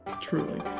Truly